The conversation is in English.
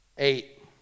Eight